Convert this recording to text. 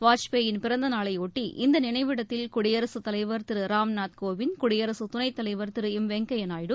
வாஜ்பேயின் பிறந்தநாளையொட்டி இந்த நினைவிடத்தில் குடியரசு தலைவர் திரு ராம்நாத் கோவிந்த் குடியரசு துணைத் தலைவர் திரு எம் வெங்கப்ய நாயுடு